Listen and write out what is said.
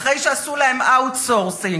אחרי שעשו להם outsourcing.